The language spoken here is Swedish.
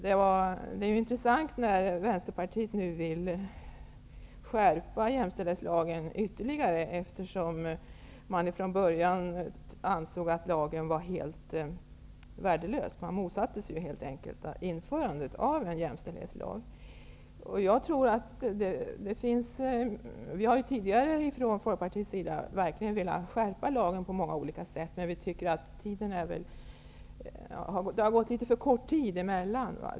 Det är intressant att Vänsterpartiet nu vill att jämställdhetslagen ytterligare skall skärpas, eftersom man från början ansåg att lagen var helt värdelös. Man motsatte sig ju införandet av en jämställdhetslag. Vi i Folkpartiet har sedan tidigare verkligen velat skärpa lagen på många olika sätt, men lagen har gällt litet för kort tid.